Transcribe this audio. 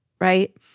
right